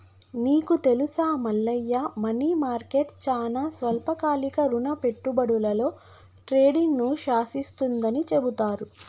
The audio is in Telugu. నీకు తెలుసా మల్లయ్య మనీ మార్కెట్ చానా స్వల్పకాలిక రుణ పెట్టుబడులలో ట్రేడింగ్ను శాసిస్తుందని చెబుతారు